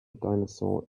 dinosaur